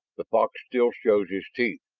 the fox still shows his teeth!